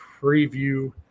preview